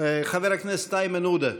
חבר הכנסת איימן עודה,